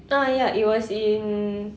ah ya it was in